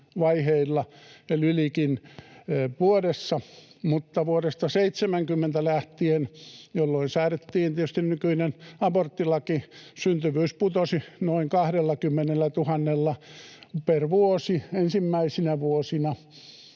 vaiheilla ellei ylikin vuodessa, mutta vuodesta 70 lähtien, jolloin säädettiin tietysti nykyinen aborttilaki, syntyvyys putosi noin 20 000:lla per vuosi ensimmäisinä vuosina,